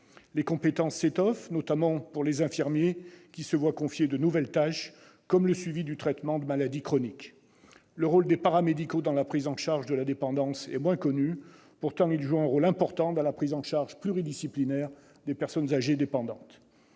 Les compétences s'étoffent, notamment pour les infirmiers, qui se voient confier de nouvelles tâches, comme le suivi du traitement de maladies chroniques. Le rôle des paramédicaux dans la prise en charge de la dépendance est moins connu. Pourtant, ces professionnels jouent un rôle important dans la prise en charge pluridisciplinaire des personnes âgées dépendantes.